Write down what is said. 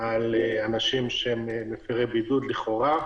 על אנשים שהם לכאורה מפרי בידוד.